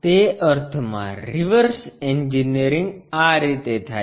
તે અર્થમાં reverse engineering આ રીતે થાય છે